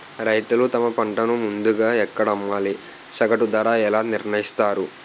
రైతులు తమ పంటను ముందుగా ఎక్కడ అమ్మాలి? సగటు ధర ఎలా నిర్ణయిస్తారు?